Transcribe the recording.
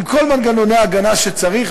עם כל מנגנוני ההגנה שצריך.